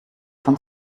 von